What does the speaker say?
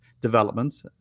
developments